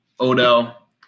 Odell